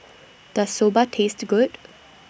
Does Soba Taste Good